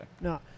No